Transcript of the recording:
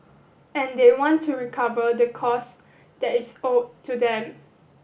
and they want to recover the costs that is owed to them